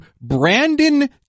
Brandon